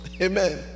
amen